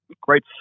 great